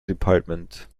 department